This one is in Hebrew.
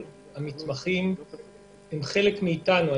המתמחים הם חלק מאיתנו.